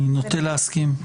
אני נוטה להסכים.